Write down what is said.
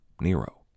Nero